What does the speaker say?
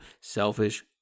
selfish